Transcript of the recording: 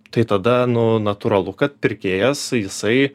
tai tada nu natūralu kad pirkėjas jisai